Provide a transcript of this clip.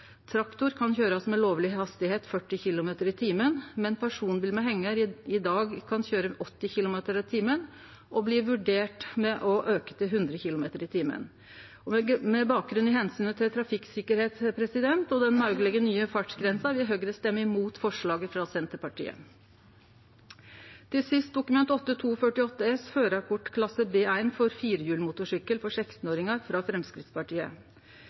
Traktor kan køyrast med lovleg hastigheit på 40 km/t, medan ein personbil med hengar i dag kan køyre i 80 km/t, og det blir vurdert å auke til 100 km/t. Med bakgrunn i omsynet til trafikksikkerheit og den moglege nye fartsgrensa vil Høgre stemme imot forslaget frå Senterpartiet. Til sist er det Dokument 8:248 S for 2020–2021, om førarkortklasse B1 for firehjulsmotorsykkel for 16-åringar, frå